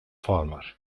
farmer